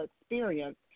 experience